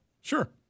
Sure